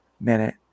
minute